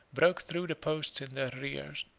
broke through the posts in their rear,